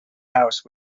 house